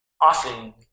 often